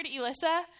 Elissa